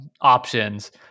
options